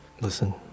Listen